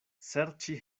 serĉi